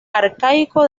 arcaico